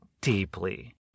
deeply